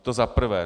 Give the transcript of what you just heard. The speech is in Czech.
To za prvé.